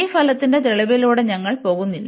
ഈ ഫലത്തിന്റെ തെളിവിലൂടെ ഞങ്ങൾ പോകില്ല